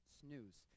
snooze